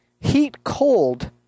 heat-cold